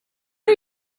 are